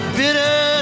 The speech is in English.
bitter